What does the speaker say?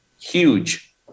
Huge